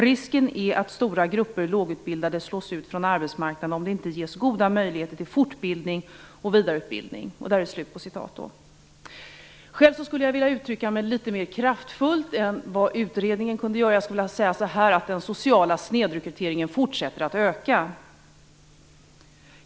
Risken är att stora grupper lågutbildade slås ut från arbetsmarknaden om det inte ges goda möjligheter till fortbildning och vidareutbildning." Själv skulle jag vilja uttrycka mig litet mer kraftfullt än utredningen. Jag skulle vilja säga att den sociala snedrekryteringen fortsätter att öka.